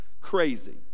crazy